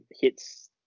hits